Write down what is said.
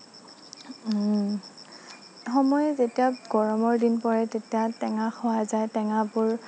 সময় যেতিয়া গৰমৰ দিন পৰে তেতিয়া টেঙা খোৱা যায় টেঙাবোৰ